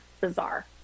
bizarre